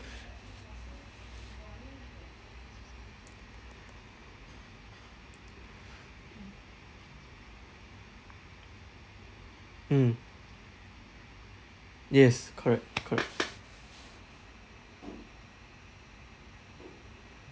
mm yes correct correct